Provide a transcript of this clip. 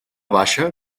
baixa